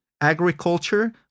agriculture